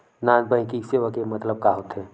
Non banking सेवा के मतलब का होथे?